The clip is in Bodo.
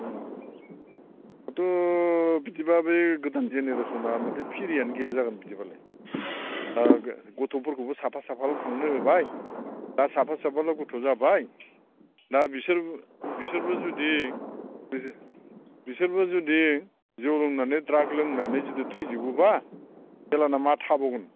उम दाथ' बिदिबा बै गोदान जेनेरेसनआ माथो फिरिआनो गैया जागोन बिदिबालाय दा गथ'फोरखौबो साफा साफाल' खांनो होबाय दा साफा साफाल' गथ' जाबाय दा बिसोर बिसोरबो जुदि गोजो बिसोरबो जुदि जौ लोंनानै ड्राग लोंनानै जुदि थैजोबो बा एलाना मा थाबावगोन